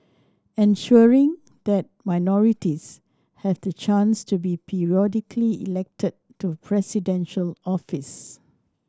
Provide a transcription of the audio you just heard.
ensuring that minorities have the chance to be periodically elected to Presidential office